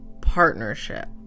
partnership